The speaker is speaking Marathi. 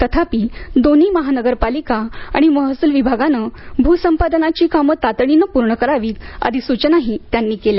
तथापि दोन्ही महानगरपालिका आणि महसूल विभागाने भूसंपादनाची कामे तातडीने पूर्ण करावीत आदी सूचनाही त्यांनी दिल्या